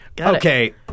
Okay